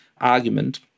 argument